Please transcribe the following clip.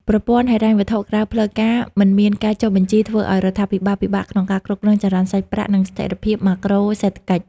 ប្រព័ន្ធហិរញ្ញវត្ថុក្រៅផ្លូវការមិនមានការចុះបញ្ជី ធ្វើឱ្យរដ្ឋាភិបាលពិបាកក្នុងការគ្រប់គ្រងចរន្តសាច់ប្រាក់ និងស្ថិរភាពម៉ាក្រូសេដ្ឋកិច្ច។